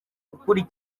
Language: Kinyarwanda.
gukurira